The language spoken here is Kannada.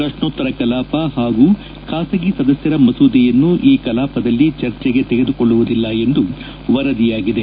ಪ್ರಶ್ನೋತ್ತರ ಕಲಾಪ ಹಾಗೂ ಖಾಸಗಿ ಸದಸ್ನರ ಮಸೂದೆಯನ್ನು ಈ ಕಲಾಪದಲ್ಲಿ ಚರ್ಚೆಗೆ ತೆಗೆದುಕೊಳ್ಳುವುದಿಲ್ಲ ಎಂದು ವರದಿಯಾಗಿದೆ